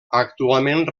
actualment